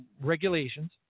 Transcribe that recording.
regulations